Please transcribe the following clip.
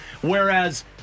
whereas